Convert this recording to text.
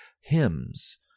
hymns